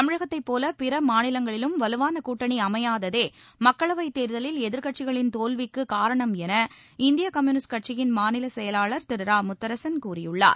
தமிழகத்தைப் போல பிற மாநிலங்களில் வலுவான கூட்டணி அமையாததே மக்களவைத் தேர்தலில் எதிர்க்கட்சிகளின் தோல்விக்கு காரணம் என இந்திய கம்யூனிஸ்ட் கட்சியின் மாநிலச் செயலாளர் திரு இரா முத்தரசன் கூறியுள்ளார்